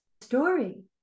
story